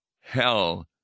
hell